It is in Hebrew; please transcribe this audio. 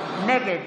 נגד